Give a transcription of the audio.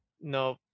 no